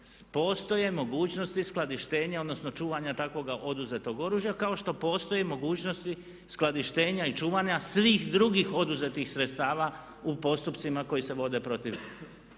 Postoje mogućnosti skladištenja odnosno čuvanja takvog oduzetog oružja kao što postoje mogućnosti skladištenja i čuvanja svih drugih oduzetih sredstava u postupcima koji se vode protiv